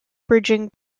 bridging